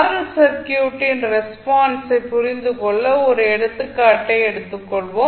L சர்க்யூட்டின் ரெஸ்பான்ஸை புரிந்துகொள்ள 1 எடுத்துக்காட்டை எடுத்துக்கொள்வோம்